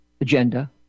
agenda